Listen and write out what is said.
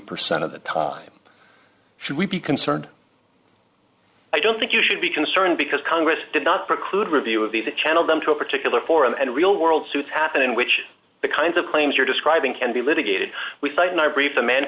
percent of the time should we be concerned i don't think you should be concerned because congress did not preclude review of these that channel them to a particular forum and real world suits happen in which the kinds of claims you're describing can be litigated we fight and i've read the man